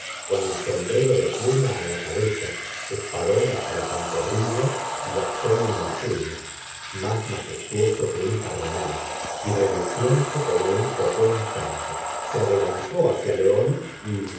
con el sombrero de pluma á la cabeza espadón hasta la pantorrilla y bastón en el puño más majestuoso que un cardenal y reluciente como un copón santo se adelantó hacia león y